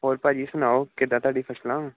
ਹੋਰ ਭਾਅ ਜੀ ਸੁਣਾਓ ਕਿੱਦਾਂ ਤੁਹਾਡੀ ਫਸਲਾਂ